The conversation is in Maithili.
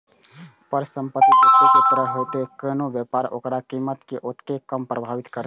परिसंपत्ति जतेक तरल हेतै, कोनो व्यापार ओकर कीमत कें ओतेक कम प्रभावित करतै